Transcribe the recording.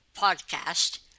podcast